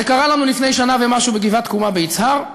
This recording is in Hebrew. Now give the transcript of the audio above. זה קרה לנו לפני שנה ומשהו בגבעת-תקומה ביצהר,